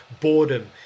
boredom